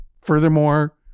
Furthermore